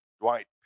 Dwight